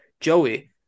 Joey